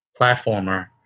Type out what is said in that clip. platformer